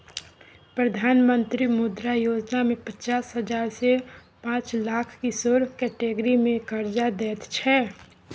प्रधानमंत्री मुद्रा योजना मे पचास हजार सँ पाँच लाख किशोर कैटेगरी मे करजा दैत छै